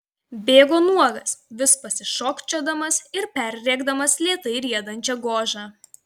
bėgo nuogas vis pasišokčiodamas ir perrėkdamas lėtai riedančią gožą